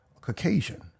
Caucasian